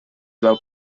veu